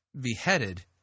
beheaded